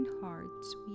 hearts